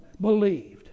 believed